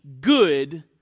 good